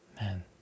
Man